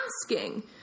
asking